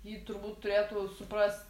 jį turbūt turėtų suprast